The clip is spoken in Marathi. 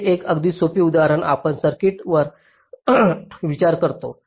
येथे एक अगदी सोपी उदाहरण आपण सर्किटवर विचार करतो